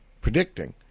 predicting